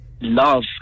love